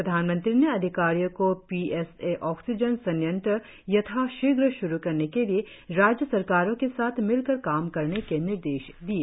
प्रधानमंत्री ने अधिकारियों को पीएसए ऑक्सीजन संयंत्र यथाशीघ्र श्रु करने के लिए राज्य सरकारों के साथ मिलकर काम करने के निर्देश दिए